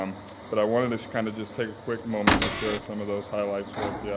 um but i wanted to kind of just take a quick moment to share some of those highlights with yeah